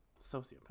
sociopath